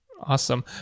Awesome